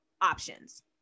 options